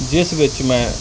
ਜਿਸ ਵਿੱਚ ਮੈਂ